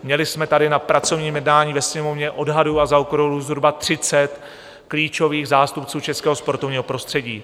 Měli jsme tady na pracovním jednání ve Sněmovně odhaduji a zaokrouhluji zhruba třicet klíčových zástupců českého sportovního prostředí.